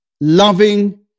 Loving